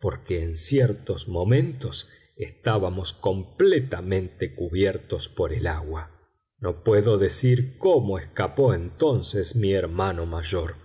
porque en ciertos momentos estábamos completamente cubiertos por el agua no puedo decir cómo escapó entonces mi hermano mayor